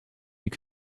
you